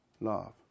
love